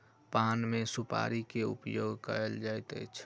पान मे सुपाड़ी के उपयोग कयल जाइत अछि